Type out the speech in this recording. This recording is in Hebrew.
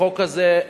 החוק הזה,